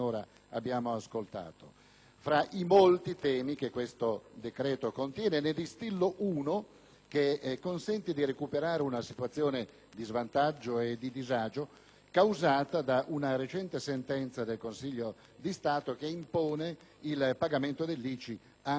Fra i molti temi che questo decreto contiene, ne distinguo uno, che consente di recuperare una situazione di svantaggio e di disagio causata da una recente sentenza del Consiglio di Stato, che impone il pagamento dell'ICI anche per i fabbricati rurali.